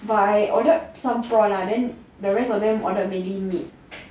but I ordered some prawns ah then the rest of them ordered mainly meat